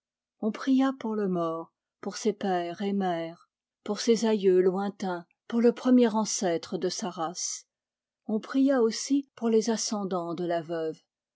on pria pour le mort pour ses père et mère por de contrition c mon dieu je suis navré pour ses aïeux lointains pour le premier ancêtre de sa race on pria aussi pour les ascendants de la veuve